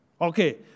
Okay